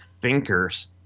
thinkers